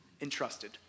Entrusted